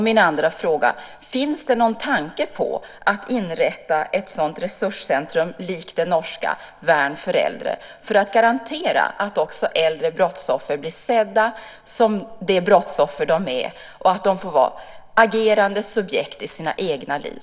Min andra fråga är: Finns det någon tanke på att inrätta ett resurscentrum, likt det norska Vern for eldre , för att garantera att också äldre brottsoffer blir sedda som de brottsoffer de är och att de får vara agerande subjekt i sina egna liv?